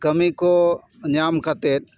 ᱠᱟᱹᱢᱤ ᱠᱚ ᱧᱟᱢ ᱠᱟᱛᱮ